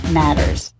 matters